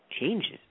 changes